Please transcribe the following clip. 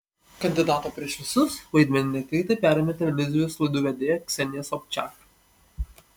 kandidato prieš visus vaidmenį netikėtai perėmė televizijos laidų vedėja ksenija sobčiak